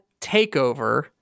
Takeover